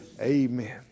Amen